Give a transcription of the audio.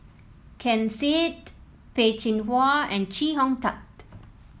Ken Seet Peh Chin Hua and Chee Hong Tat